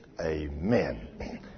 amen